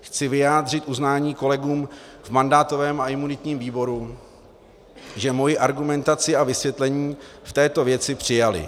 Chci vyjádřit uznání kolegům v mandátovém a imunitním výboru, že moji argumentaci a vysvětlení v této věci přijali.